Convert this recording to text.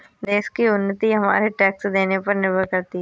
देश की उन्नति हमारे टैक्स देने पर निर्भर करती है